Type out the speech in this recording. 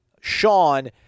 Sean